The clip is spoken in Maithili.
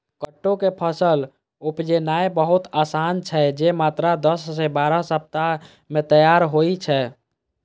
कट्टू के फसल उपजेनाय बहुत आसान छै, जे मात्र दस सं बारह सप्ताह मे तैयार होइ छै